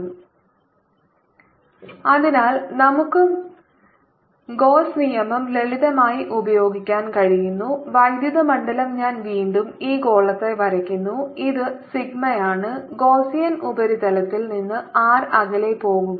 B 0R4ωσ3 2cosθrsinθ r3 അതിനാൽ നമുക്ക് Gauss നിയമം ലളിതമായി ഉപയോഗിക്കാൻ കഴിയുന്ന വൈദ്യുത മണ്ഡലം ഞാൻ വീണ്ടും ഈ ഗോളത്തെ വരയ്ക്കുന്നു ഇത് സിഗ്മയാണ് ഗൌസ്യൻ ഉപരിതലത്തിൽ നിന്ന് r അകലെ പോകുക